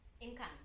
income